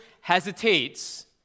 hesitates